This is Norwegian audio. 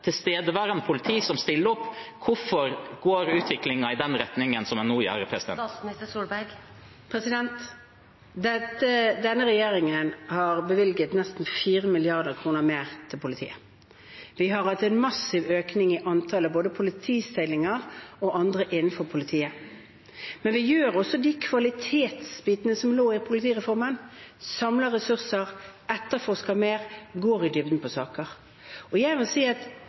tilstedeværende politi som stiller opp. Hvorfor går utviklingen i denne retningen? Denne regjeringen har bevilget nesten 4 mrd. kr mer til politiet. Vi har hatt en massiv økning i antallet både politistillinger og annet innenfor politiet. Men vi gjør også det som går på kvalitet i politireformen: samler ressurser, etterforsker mer, går i dybden på saker. Jeg synes det er et billig debattriks å si at